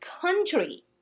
country